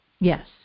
Yes